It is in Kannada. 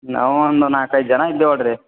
ನಾವೊಂದು ನಾಲ್ಕೈದು ಜನ ಇದ್ದೀವೇಳ್ರೀ